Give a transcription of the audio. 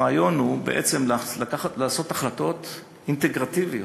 הרעיון הוא לעשות החלטות אינטגרטיביות,